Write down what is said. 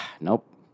Nope